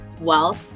wealth